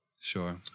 Sure